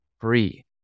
free